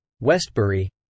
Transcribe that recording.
Westbury